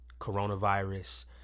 coronavirus